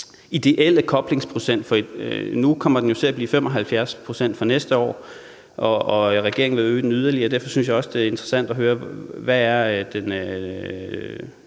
ideelle koblingsprocent, for fra næste år kommer den jo til at være 75 pct., og regeringen vil øge den yderligere. Derfor synes jeg også, det er interessant at høre, hvad